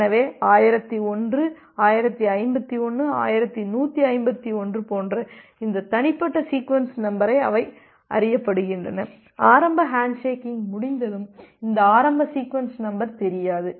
எனவே 1001 1051 1151 போன்ற இந்த தனிப்பட்ட சீக்வென்ஸ் நம்பரை அவை அறியப்படுகின்றன ஆரம்ப ஹேண்ட்ஷேக்கிங் முடிந்தும் இந்த ஆரம்ப சீக்வென்ஸ் நம்பர் தெரியாது